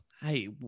hey